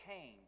came